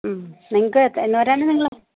ഉം നിങ്ങൾക്ക് എന്ന് വരാനാണ് നിങ്ങളെ